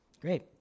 Great